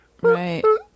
Right